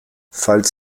falls